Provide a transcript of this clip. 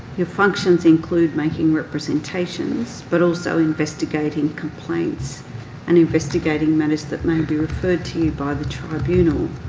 your functions include making representations but also investigating complaints and investigating matters that may be referred to you by the tribunal.